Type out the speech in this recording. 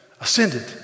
ascended